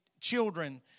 children